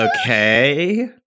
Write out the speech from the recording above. Okay